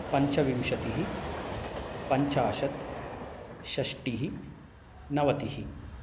पञ्चविंशतिः पञ्चाशत् षष्टिः नवतिः